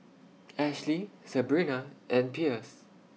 Ashlee Sebrina and Pierce